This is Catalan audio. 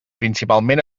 principalment